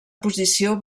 posició